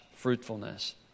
Fruitfulness